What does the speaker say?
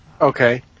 Okay